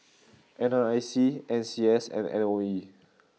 N R I C N C S and M O E